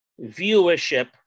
viewership